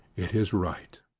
it is right.